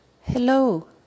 Hello